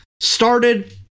started